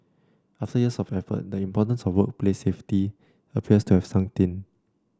after years of effort the importance of workplace safety appears to have sunked in